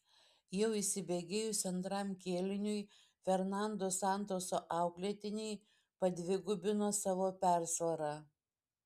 jau įsibėgėjus antram kėliniui fernando santoso auklėtiniai padvigubino savo persvarą